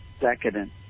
decadent